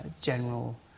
general